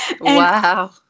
Wow